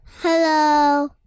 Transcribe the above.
Hello